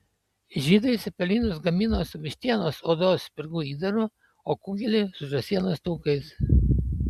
žydai cepelinus gamino su vištienos odos spirgų įdaru o kugelį su žąsienos taukais